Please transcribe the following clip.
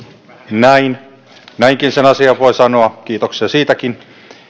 näinkin sen asian voi sanoa kiitoksia siitäkin